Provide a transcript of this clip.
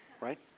right